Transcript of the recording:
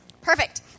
Perfect